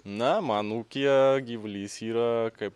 na mano ūkyje gyvulys yra kaip